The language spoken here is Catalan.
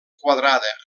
quadrada